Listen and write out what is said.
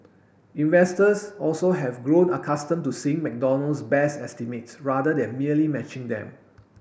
investors also have grown accustomed to seeing McDonald's beat estimates rather than merely matching them